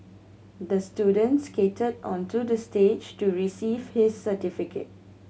the student skated onto the stage to receive his certificate